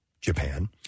Japan